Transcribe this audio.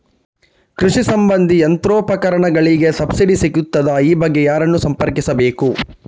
ಕೃಷಿ ಸಂಬಂಧಿ ಯಂತ್ರೋಪಕರಣಗಳಿಗೆ ಸಬ್ಸಿಡಿ ಸಿಗುತ್ತದಾ? ಈ ಬಗ್ಗೆ ಯಾರನ್ನು ಸಂಪರ್ಕಿಸಬೇಕು?